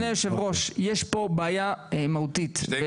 אדוני היושב-ראש, יש פה בעיה מהותית.